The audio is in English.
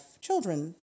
children